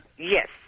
Yes